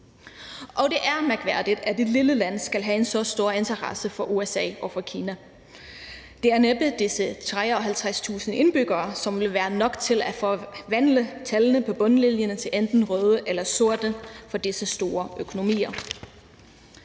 Og det er mærkværdigt, at et lille land skal have en så stor interesse fra USA og fra Kina. Det er næppe disse 53.000 indbyggere, som vil være nok til at forvandle tallene på bundlinjen til enten røde eller sorte for disse store økonomier.